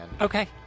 Okay